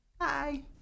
Hi